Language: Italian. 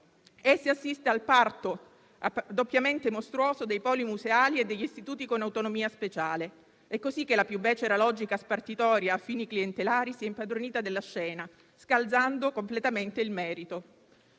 e si assiste al parto, doppiamente mostruoso, dei poli museali e degli istituti con autonomia speciale. È così che la più becera logica spartitoria a fini clientelari si è impadronita della scena, scalzando completamente il merito.